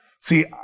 See